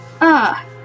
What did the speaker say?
Ah